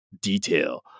detail